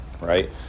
right